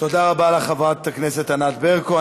תודה רבה לך, חברת הכנסת ענת ברקו.